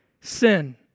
sin